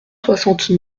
soixante